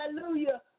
hallelujah